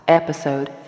episode